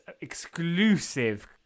exclusive